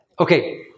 Okay